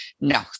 No